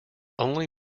only